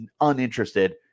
uninterested